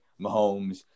Mahomes